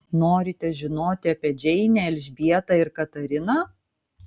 norite žinoti apie džeinę elžbietą ir katariną